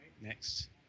Next